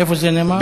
איפה זה נאמר?